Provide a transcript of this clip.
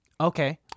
Okay